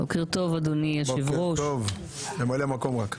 בוקר טוב ממלא מקום היושב-ראש.